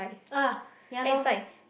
ah ya loh